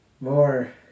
more